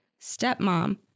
Stepmom